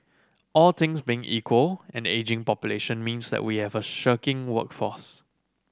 all things being equal an ageing population means that we have a shirking workforce